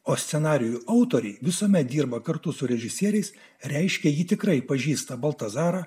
o scenarijų autorė visuomet dirba kartu su režisieriais reiškia ji tikrai pažįsta baltazaro